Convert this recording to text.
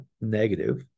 negative